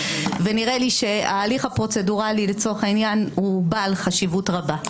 נראה לי שההליך הפרוצדורלי לצורך העניין הוא בעל חשיבות רבה.